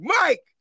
Mike